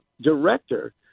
director